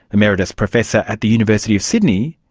emeritus professor at the university of sydney,